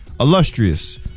Illustrious